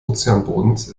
ozeanbodens